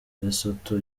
lesotho